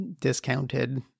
Discounted